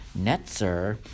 netzer